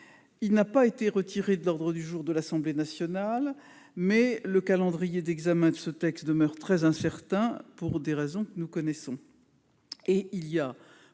Il n'a pas été retiré de l'ordre du jour de l'Assemblée nationale, mais son calendrier d'examen demeure très incertain, pour des raisons que nous connaissons.